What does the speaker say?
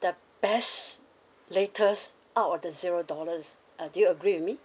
the best latest out of the zero dollars uh do you agree with me